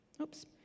Oops